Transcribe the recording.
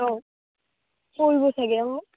অঁ কৰিব চাগে অঁ